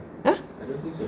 ah